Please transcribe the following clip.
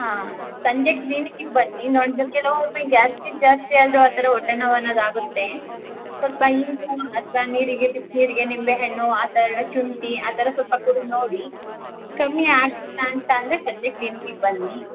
ಹಾಂ ಸಂಜೆ ಕ್ಲಿನಿಕ್ಕಿಗೆ ಬನ್ನಿ ಕೆಲವೊಮ್ಮೆ ಗ್ಯಾಸ್ಟ್ರಿಕ್ ಜಾಸ್ತಿ ಆದರೂ ಆ ಥರ ಹೊಟ್ಟೆ ನೋವು ಅನ್ನೋದು ಆಗುತ್ತೆ ಸ್ವಲ್ಪ ಇಂಗು ಅಥ್ವಾ ನೀರಿಗೆ ಬಿಸಿನೀರಿಗೆ ನಿಂಬೆಹಣ್ಣು ಆ ಥರ ಶುಂಠಿ ಆ ಥರ ಸ್ವಲ್ಪ ಕುಡಿದ್ನೋಡಿ ಕಮ್ಮಿ ಆಗಲಿಲ್ಲ ಅಂತ ಅಂದರೆ ಸಂಜೆ ಕ್ಲಿನಿಕ್ಕಿಗೆ ಬನ್ನಿ